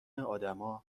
آدما